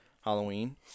Halloween